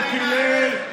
חבר הכנסת משה גפני?